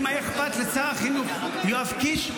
אם היה אכפת לשר החינוך יואב קיש,